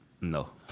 No